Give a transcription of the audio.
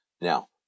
Now